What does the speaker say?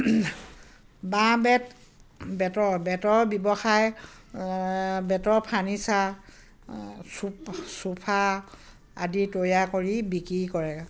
বাঁহ বেত বেতৰ বেতৰ ব্যৱসায় বেতৰ ফাৰ্নিচাৰ চোফা আদি তৈয়াৰ কৰি বিক্ৰী কৰে